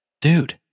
dude